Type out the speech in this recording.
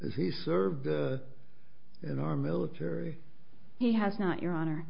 as he served in our military he has not your honor